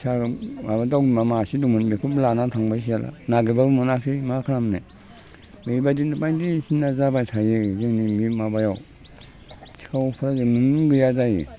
फिसा माबा दंना मासे दंमोन बेखौ लाना थांबाय साला नागिरबाबो मोनासै मा खालामनो बेबायदिनो बायदिसिना जाबाय थायो जोंनि बे माबायाव सिखावफ्रा बिदिनो जायो